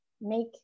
make